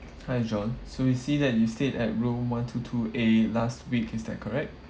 hi john so we see that you stayed at room one two two eight last week is that correct